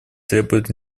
требует